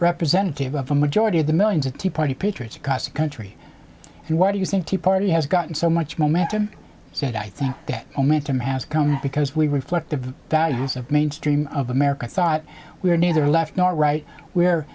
representative of the majority of the millions of tea party patriots across the country and why do you think tea party has gotten so much momentum said i think that momentum has come because we reflect the values of mainstream of america thought we were neither left nor right w